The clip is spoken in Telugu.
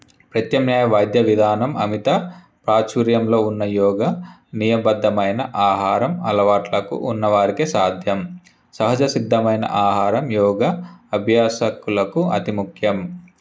ప్రత్యమ్న్యాయా వైద్య విధానం అమిత ప్రాచుర్యంలో ఉన్న యోగ నియబద్దమైన ఆహారం అలవాట్లకు ఉన్నవారికే సాధ్యం సహజసిద్ధమైన ఆహారం యోగ అభ్యాసకులకు అతి ముఖ్యం